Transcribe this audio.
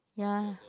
ya